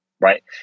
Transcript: right